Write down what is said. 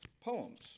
poems